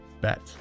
bet